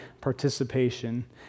participation